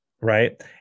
Right